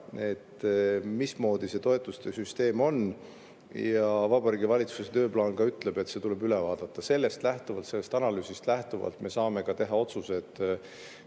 mismoodi see toetuste süsteem on. Vabariigi Valitsuse tööplaan ütleb, et see tuleb üle vaadata. Sellest lähtuvalt, sellest analüüsist lähtuvalt me saame teha otsused,